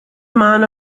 amount